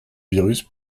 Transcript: virus